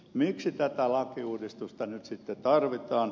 miksi tätä lakiuudistusta nyt sitten tarvitaan